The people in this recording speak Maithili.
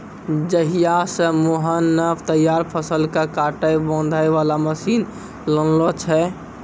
जहिया स मोहन नॅ तैयार फसल कॅ काटै बांधै वाला मशीन लानलो छै